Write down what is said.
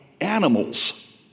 animals